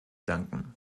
danken